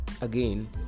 Again